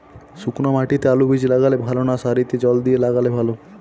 শুক্নো মাটিতে আলুবীজ লাগালে ভালো না সারিতে জল দিয়ে লাগালে ভালো?